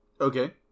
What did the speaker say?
Okay